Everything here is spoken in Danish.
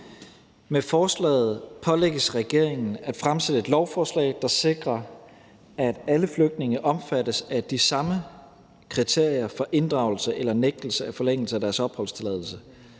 Med forslaget pålægges regeringen at fremsætte et lovforslag, der sikrer, at alle flygtninge omfattes af de samme kriterier for inddragelse eller nægtelse af forlængelse af deres opholdstilladelse.